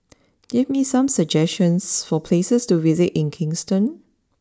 give me some suggestions for places to visit in Kingston